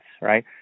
right